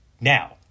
Now